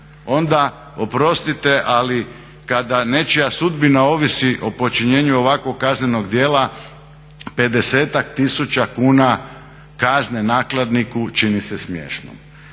onda oprostite ali kada nečija sudbina ovisi o počinjenju ovakvog kaznenog djela 50-ak tisuća kuna kazne nakladniku čini se smiješno.